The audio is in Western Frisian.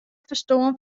ferstân